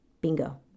Bingo